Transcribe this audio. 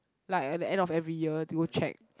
like at the end of every year they will check